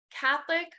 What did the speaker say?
Catholic